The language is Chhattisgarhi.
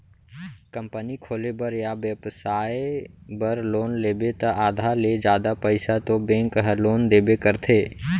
कंपनी खोले बर या बेपसाय बर लोन लेबे त आधा ले जादा पइसा तो बेंक ह लोन देबे करथे